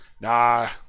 Nah